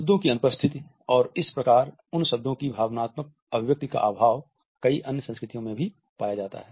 शब्दों की अनुपस्थिति और इस प्रकार उन शब्दों की भावनात्मक अभिव्यक्ति का अभाव कई अन्य संस्कृतियों में भी पाया जाता है